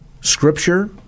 scripture